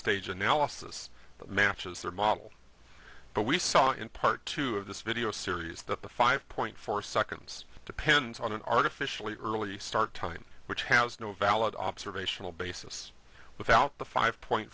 that matches their model but we saw in part two of this video series that the five point four seconds depends on an artificially early start time which has no valid observational basis without the five point